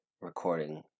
recording